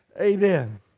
Amen